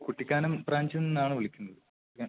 കുട്ടിക്കാനം ബ്രാഞ്ചിൽ നിന്നാണ് വിളിക്കുന്നത് എ